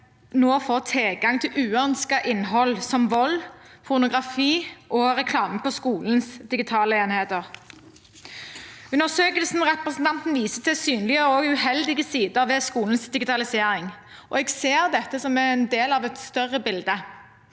nå får tilgang til uønsket innhold som vold, pornografi og reklame på skolens digitale enheter. Undersøkelsen representanten viser til, synliggjør også uheldige sider ved skolens digitalisering, og jeg ser dette som en del av et større bilde.